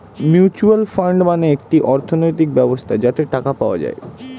mutual fund মানে একটি অর্থনৈতিক ব্যবস্থা যাতে টাকা পাওয়া যায়